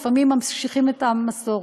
לפעמים ממשיכים את המסורת.